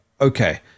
okay